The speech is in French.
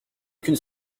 qu’une